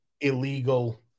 illegal